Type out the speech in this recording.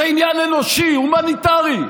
זה עניין אנושי, הומניטרי.